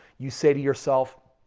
you say to yourself,